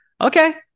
Okay